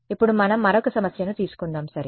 ఇప్పుడు మనం మరొక సమస్యను తీసుకుందాం సరే